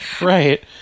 Right